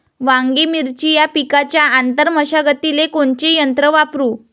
वांगे, मिरची या पिकाच्या आंतर मशागतीले कोनचे यंत्र वापरू?